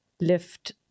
lift